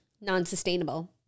non-sustainable